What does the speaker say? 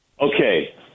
Okay